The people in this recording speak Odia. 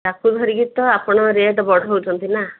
ତାକୁ ଧରିକିରି ତ ଆପଣ ରେଟ୍ ବଢ଼ାଉଛନ୍ତି ନା